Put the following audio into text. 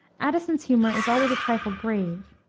addison's humor is always a trifle grave.